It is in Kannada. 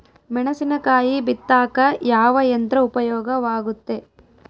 ಮೆಣಸಿನಕಾಯಿ ಬಿತ್ತಾಕ ಯಾವ ಯಂತ್ರ ಉಪಯೋಗವಾಗುತ್ತೆ?